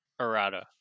errata